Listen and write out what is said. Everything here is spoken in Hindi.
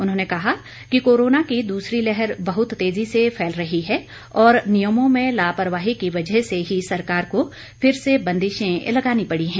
उन्होंने कहा कि कोरोना की दूसरी लहर बहुत तेजी से फैल रही है और नियमों में लापरवाही की वजह से ही सरकार को फिर से बंदिशें लगानी पड़ी हैं